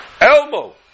Elmo